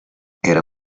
era